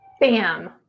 Bam